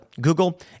Google